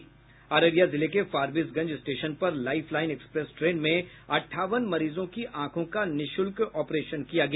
अररिया जिले के फारबिसगंज स्टेशन पर लाइफलाइन एक्सप्रेस ट्रेन में अट्टावन मरीजों की आंखों का निःशुल्क ऑपरेशन किया गया